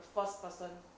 the first person